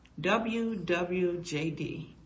WWJD